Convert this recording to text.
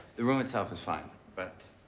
the room itself is fine, but.